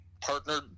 partnered